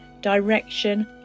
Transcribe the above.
direction